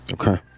Okay